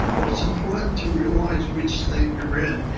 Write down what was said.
but it's important to realize which state you're in,